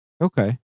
Okay